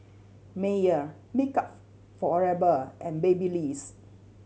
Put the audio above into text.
Mayer Makeup Forever and Babyliss